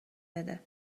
بده